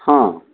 ହଁ